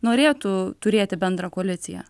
norėtų turėti bendrą koaliciją